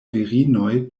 virinoj